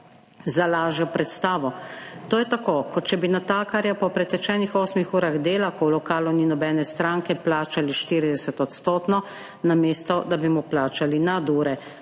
Za lažjo predstavo. To je tako, kot če bi natakarja po pretečenih osmih urah dela, ko v lokalu ni nobene stranke, plačali 40 %, namesto da bi mu plačali nadure.